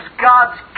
God's